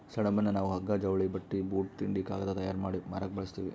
ಸೆಣಬನ್ನ ನಾವ್ ಹಗ್ಗಾ ಜವಳಿ ಬಟ್ಟಿ ಬೂಟ್ ತಿಂಡಿ ಕಾಗದ್ ತಯಾರ್ ಮಾಡಿ ಮಾರಕ್ ಬಳಸ್ತೀವಿ